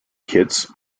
kits